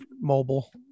mobile